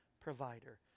provider